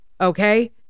Okay